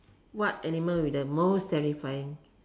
what animal will be the most terrifying